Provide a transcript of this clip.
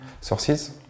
sources